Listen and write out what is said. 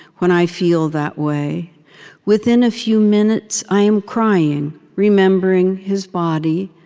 when i feel that way within a few minutes i am crying, remembering his body,